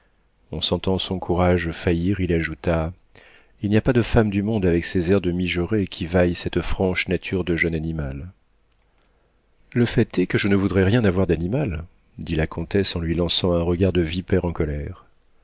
en sentant son courage faillir il ajouta il n'y a pas de femme du monde avec ses airs de mijaurée qui vaille cette franche nature de jeune animal le fait est que je ne voudrais rien avoir d'animal dit la comtesse en lui lançant un regard de vipère en colère